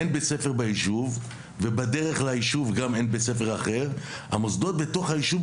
אין בית ספר ביישוב או בדרך ליישוב המוסדות בתוך היישוב,